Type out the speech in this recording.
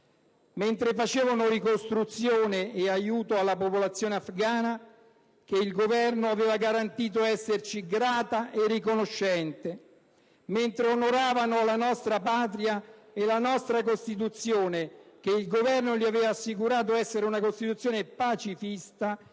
mentre facevano ricostruzione e aiuto alla popolazione afghana che il Governo gli aveva garantito esserci grata e riconoscente, mentre onoravano la nostra Patria e la nostra Costituzione, che il Governo gli aveva assicurato essere una Costituzione pacifista,